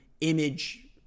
image